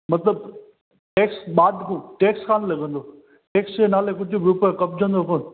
मतिलबु टेक्स माफ़ु टेक्स कान लॻंदो टेक्स जे नाले कुझु रुपयो कपजंदो कोन